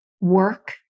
work